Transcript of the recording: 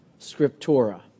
Scriptura